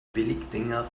billigdinger